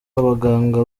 abaganga